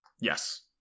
Yes